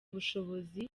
ubushobozi